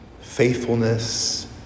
faithfulness